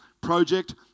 project